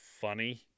funny